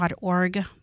org